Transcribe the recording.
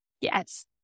Yes